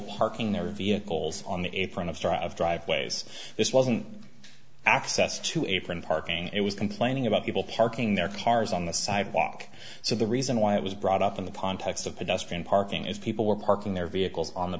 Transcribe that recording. parking their vehicles on the apron of straw of driveways this wasn't access to apron parking it was complaining about people parking their cars on the sidewalk so the reason why it was brought up in the pond text of pedestrian parking is people were parking their vehicles on the